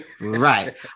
Right